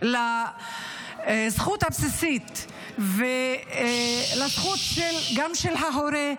לזכות הבסיסית ולזכות גם של ההורה,